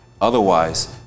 otherwise